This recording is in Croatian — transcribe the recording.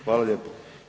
Hvala lijepo.